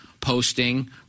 posting